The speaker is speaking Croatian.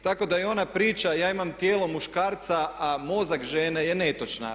Tako da i ona priča ja imam tijelo muškarca, a mozak žene je netočna.